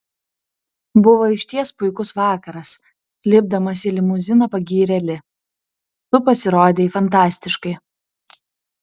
buvo išties puikus vakaras lipdamas į limuziną pagyrė li tu pasirodei fantastiškai